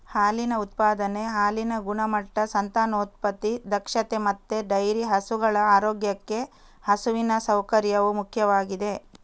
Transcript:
ಹಾಲಿನ ಉತ್ಪಾದನೆ, ಹಾಲಿನ ಗುಣಮಟ್ಟ, ಸಂತಾನೋತ್ಪತ್ತಿ ದಕ್ಷತೆ ಮತ್ತೆ ಡೈರಿ ಹಸುಗಳ ಆರೋಗ್ಯಕ್ಕೆ ಹಸುವಿನ ಸೌಕರ್ಯವು ಮುಖ್ಯವಾಗಿದೆ